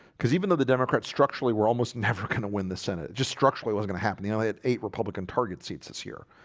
because even though the democrats structurally were almost never gonna win the senate just structurally was gonna happen, you know they had eight republican target seats this year